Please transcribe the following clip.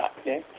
okay